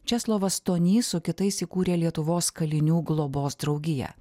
česlovas stonys su kitais įkūrė lietuvos kalinių globos draugiją